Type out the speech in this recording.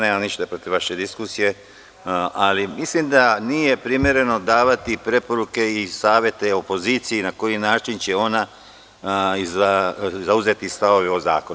Nemam ništa protiv vaše diskusije, ali mislim da nije primereno davati preporuke i savete opoziciji na koji način će ona zauzeti stavove o zakonu.